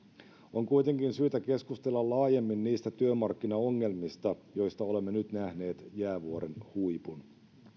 on kuitenkin syytä keskustella laajemmin niistä työmarkkinaongelmista joista olemme nyt nähneet jäävuoren huipun